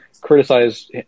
criticize